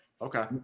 Okay